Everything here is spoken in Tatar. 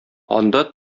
анда